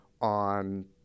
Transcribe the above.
on